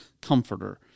comforter